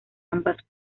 ambas